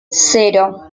cero